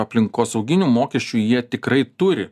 aplinkosauginių mokesčių jie tikrai turi